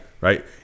Right